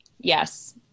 Yes